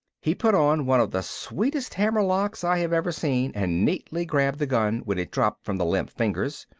he put on one of the sweetest hammer locks i have ever seen and neatly grabbed the gun when it dropped from the limp fingers.